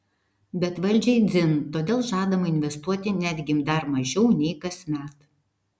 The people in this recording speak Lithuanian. bet valdžiai dzin todėl žadama investuoti netgi dar mažiau nei kasmet